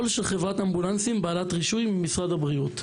של חברת אמבולנסים בעלת רישוי ממשרד הבריאות".